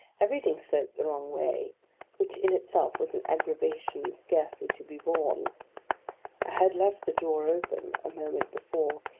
everything sloped the wrong way which in itself was an aggravation scarcely to be borne. i had left the door open, a moment before,